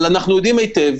אבל אנחנו יודעים היטב,